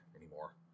anymore